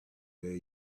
very